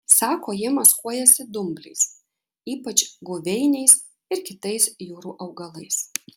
sako jie maskuojasi dumbliais ypač guveiniais ir kitais jūrų augalais